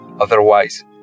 Otherwise